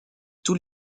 tout